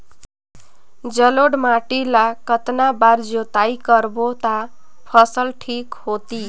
जलोढ़ माटी ला कतना बार जुताई करबो ता फसल ठीक होती?